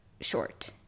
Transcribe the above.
short